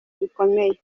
bikomeye